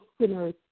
sinners